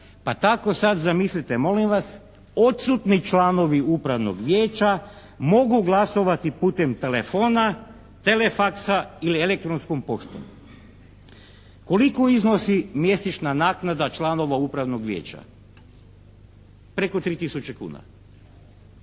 pa tako sada zamislite molim vas, odsutni članovi upravnog vijeća mogu glasovati putem telefona, telefaksa ili elektronskom poštom. Koliko iznosi mjesečna naknada članova upravnog vijeća? Preko 3 tisuće